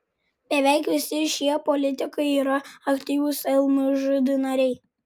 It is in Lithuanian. beveik visi šie politikai yra aktyvūs lmžd nariai